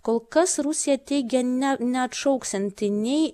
kol kas rusija teigia ne neatšauksianti nei